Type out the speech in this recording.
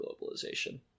globalization